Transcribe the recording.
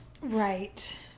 Right